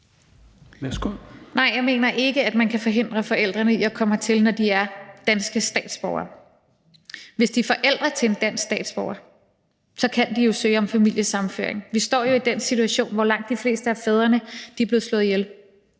Nej, jeg mener ikke, at man kan forhindre forældrene i at komme hertil, når de er danske statsborgere. Hvis de er forældre til en dansk statsborger, kan de jo søge om familiesammenføring. Vi står jo i den situation, at langt de fleste af fædrene er blevet slået ihjel,